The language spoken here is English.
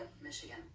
Michigan